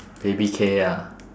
baby K ah